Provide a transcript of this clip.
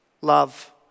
Love